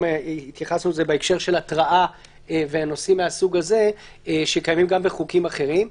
התייחסנו לזה בהקשר של התראה ונושאים מהסוג הזה שקיימים בחוקים אחרים.